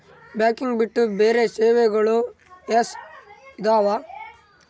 Banking ಬಿಟ್ಟು ಬೇರೆ ಸೇವೆಗಳು ಯೂಸ್ ಇದಾವ?